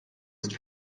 ist